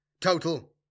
total